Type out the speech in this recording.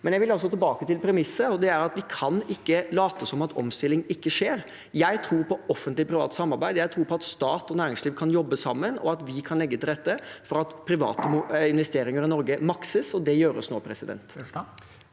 til. Jeg vil tilbake til premisset. Det er at vi ikke kan late som om omstilling ikke skjer. Jeg tror på offentlig-privat samarbeid. Jeg tror på at stat og næringsliv kan jobbe sammen, og at vi kan legge til rette for at private investeringer i Norge makses. Det gjøres nå. Sivert